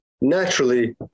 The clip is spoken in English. naturally